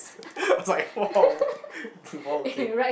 I was like !woah! is the ball okay